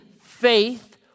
faith